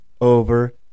Over